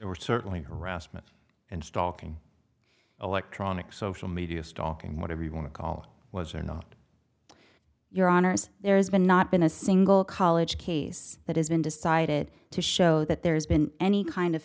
or certainly harassment and stalking electronic social media stalking whatever you want to call was are not your honors there's been not been a single college case that has been decided to show that there's been any kind of